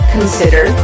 Consider